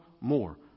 more